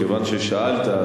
כיוון ששאלת,